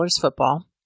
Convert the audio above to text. Football